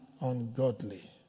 ungodly